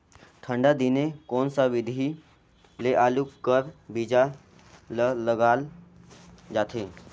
ठंडा दिने कोन सा विधि ले आलू कर बीजा ल लगाल जाथे?